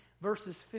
verses